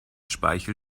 speichel